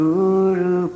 Guru